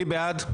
מי בעד?